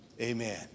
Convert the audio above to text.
Amen